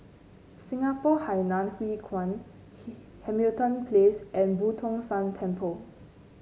Singapore Hainan Hwee Kuan Hamilton Place and Boo Tong San Temple